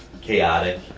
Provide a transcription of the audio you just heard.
chaotic